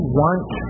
want